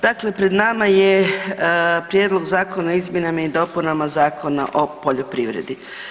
Dakle pred nama je Prijedlog zakona o izmjenama i dopunama Zakona o poljoprivredi.